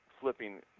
flipping